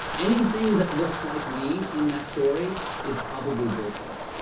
anything that looks like me in that story is probably bullshit.